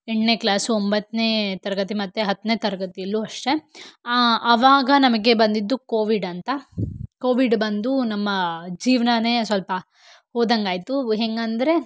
ಎಂಟನೇ ಕ್ಲಾಸ್ಸು ಒಂಬತ್ತನೇ ತರಗತಿ ಮತ್ತು ಹತ್ತನೇ ತರಗತಿಯಲ್ಲೂ ಅಷ್ಟೇ ಆವಾಗ ನಮಗೆ ಬಂದಿದ್ದು ಕೋವಿಡ್ ಅಂತ ಕೋವಿಡ್ ಬಂದು ನಮ್ಮ ಜೀವನಾನೇ ಸ್ವಲ್ಪ ಹೋದಂಗ್ ಆಯಿತು ಹೇಗಂದ್ರೆ